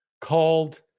called